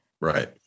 right